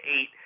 eight